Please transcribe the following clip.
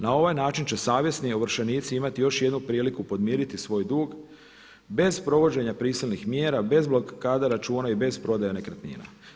Na ovaj način će savjesni ovršenici imati još jednu priliku podmiriti svoj dug bez provođenja prisilnih mjera, bez blokada računa i bez prodaja nekretnina.